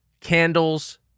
candles